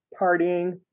Partying